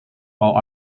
all